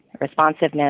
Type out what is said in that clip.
responsiveness